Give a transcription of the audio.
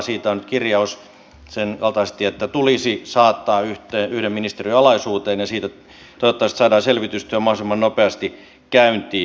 siitä on kirjaus sen kaltaisesti että tulisi saattaa yhden ministeriön alaisuuteen ja siitä toivottavasti saadaan selvitystyö mahdollisimman nopeasti käyntiin